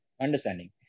Understanding